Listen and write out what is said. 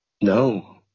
No